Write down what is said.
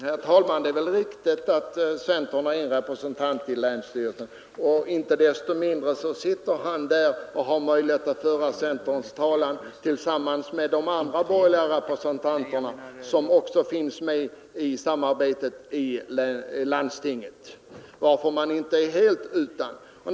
Herr talman! Det är väl riktigt att centern har en representant i länsstyrelsen. Inte desto mindre sitter han där och har möjlighet att föra centerns talan tillsammans med de andra borgerliga representanterna som också är med i samarbetet i landstinget. Man är alltså inte helt utan möjligheter.